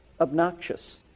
obnoxious